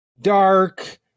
dark